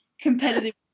competitive